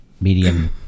medium